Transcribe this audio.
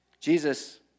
Jesus